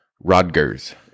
rodgers